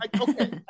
okay